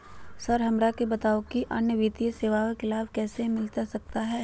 Sir हमरा के बताओ कि अन्य वित्तीय सेवाओं का लाभ कैसे हमें मिलता सकता है?